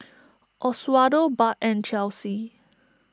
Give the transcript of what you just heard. Oswaldo Bart and Chelsey